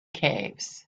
caves